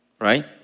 right